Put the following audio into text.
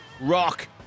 rock